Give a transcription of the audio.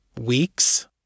Weeks